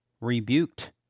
rebuked